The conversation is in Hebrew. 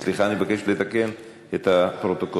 סליחה, אני מבקש לתקן את הפרוטוקול.